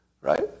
right